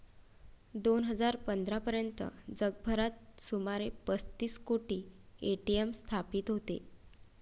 दोन हजार पंधरा पर्यंत जगभरात सुमारे पस्तीस कोटी ए.टी.एम स्थापित होते